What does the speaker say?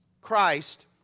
Christ